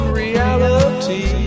reality